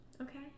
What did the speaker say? Okay